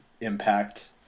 impact